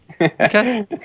Okay